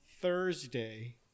Thursday